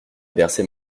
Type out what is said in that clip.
bercé